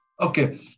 Okay